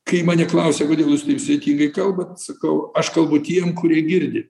kai mane klausia kodėl jūs taip sudėtingai kalbat sakau aš kalbu tiem kurie girdi